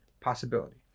possibility